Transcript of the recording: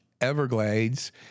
Everglades